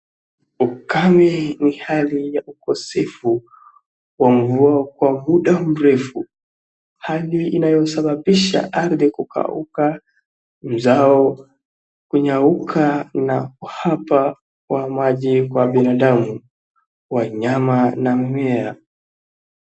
Ukame ni hali ya ukosefu wa mvua kwa muda mrefu. Hali inayosababisha ardhi kukauka, zao kunyauka na uwapa wa maji kwa binadamu, wanyama na mimea.